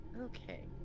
Okay